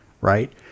right